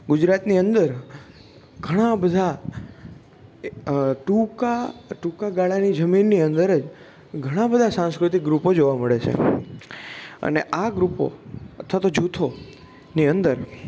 ગુજરાતની અંદર ઘણાં બધાં ટૂંકા ટૂંકા ગાળાની જમીનની અંદર જ ઘણાં બધાં સાંસ્કૃતિક ગ્રૂપો જોવા મળે છે અને આ ગ્રૂપો અથવા તો જૂથોની અંદર